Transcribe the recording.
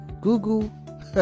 Google